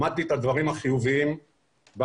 למדתי את הדברים החיוביים במשטרה.